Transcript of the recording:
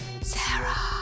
Sarah